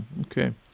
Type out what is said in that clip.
Okay